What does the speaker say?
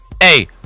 Hey